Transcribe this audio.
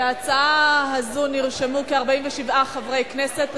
להצעה הזאת נרשמו כ-47 חברי כנסת.